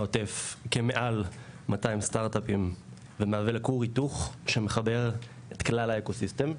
העוטף כמעל 200 סטרטאפים ומהווה כור היתוך שמחבר את כלל האקו-סיסטם,